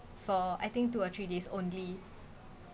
for I think two or three days only